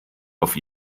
auf